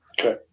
Okay